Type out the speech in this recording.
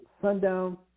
Sundown